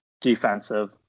defensive